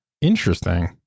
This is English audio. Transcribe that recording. Interesting